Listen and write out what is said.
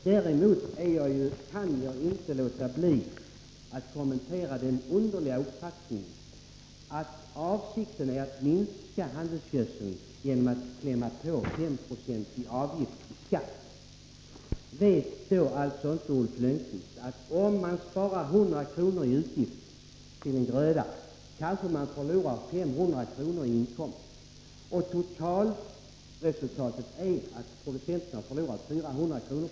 Däremot kan jag inte låta bli att nu kommentera den underliga uppfatt ningen att avsikten är att minska användningen av handelsgödseln genom att klämma till med en S-procentig avgift. Vet inte Ulf Lönnqvist att om man sparar 100 kr. i utgifter på en gröda, kanske man förlorar 500 kr. i inkomst. Totalresultatet är att producenten förlorar 400 kr.